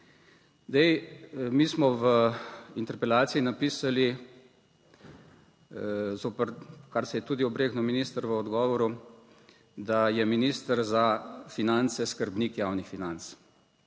Mi smo v interpelaciji napisali, zoper kar se je tudi obregnil minister v odgovoru, da je minister za finance skrbnik javnih financ,